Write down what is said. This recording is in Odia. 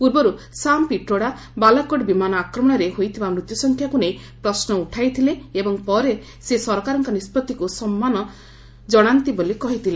ପୂର୍ବରୁ ସାମ୍ ପିଟ୍ରୋଡା ବାଲାକୋଟ୍ ବିମାନ ଆକ୍ରମଣରେ ହୋଇଥିବା ମୃତ୍ୟୁ ସଂଖ୍ୟାକୁ ନେଇ ପ୍ରଶ୍ନ ଉଠାଇଥିଲେ ଏବଂ ପରେ ସରକାରଙ୍କ ନିଷ୍ପତ୍ତିକୁ ସମ୍ମାନ ଜଣାନ୍ତୁ ବୋଲି କହିଥିଲେ